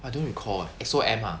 I don't recall eh exo M ah